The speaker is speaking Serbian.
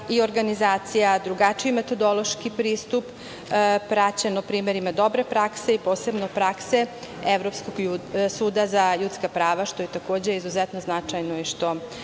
i organizacija, drugačiji metodološki pristup, praćeno primerima dobre prakse, a posebno prakse Evropskog suda za ljudska prava, što je takođe izuzetno značajno i što